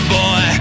boy